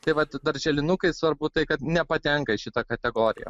tai vat darželinukai svarbu tai kad nepatenka į šitą kategoriją